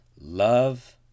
love